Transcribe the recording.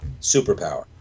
superpower